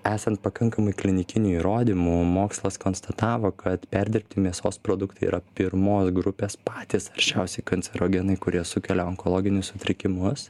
esant pakankamai klinikinių įrodymų mokslas konstatavo kad perdirbti mėsos produktai yra pirmos grupės patys aršiausi kancerogenai kurie sukelia onkologinius sutrikimus